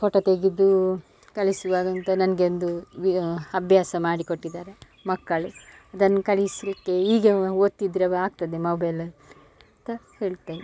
photo ತೆಗೆದು ಕಳಿಸುವಾಗಂತು ನನಗೆ ಒಂದು ವಿ ಅಭ್ಯಾಸ ಮಾಡಿಕೊಟ್ಟಿದಾರೆ ಮಕ್ಕಳು ಅದನ್ನು ಕಳಿಸಲಿಕ್ಕೆ ಹೀಗೆ ಒತ್ತಿದರೆ ಆಗ್ತದೆ ಮೊಬೈಲ್ ತ ಹೇಳ್ತೇನೆ